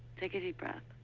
take a deep breath.